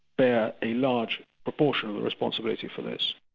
bear a large proportion of the responsibility for this.